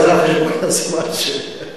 אבל זה על חשבון הזמן שלי.